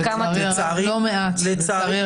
לצערי,